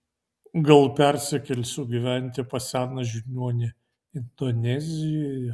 gal persikelsiu gyventi pas seną žiniuonį indonezijoje